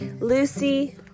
Lucy